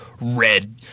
red